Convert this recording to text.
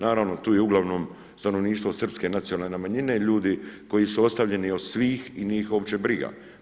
Naravno tu je uglavnom stanovništvo srpske nacionalne manjine, ljudi koji su ostavljeni od svih i nije ih uopće briga.